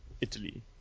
Italy